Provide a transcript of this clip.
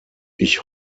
ich